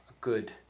good